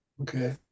okay